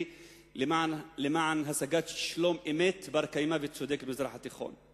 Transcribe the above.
למען השגת שלום אמת בר-קיימא וצודק במזרח התיכון.